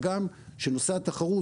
הגם שנושא התחרות